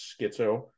Schizo